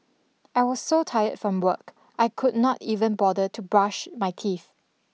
I was so tired from work I could not even bother to brush my teeth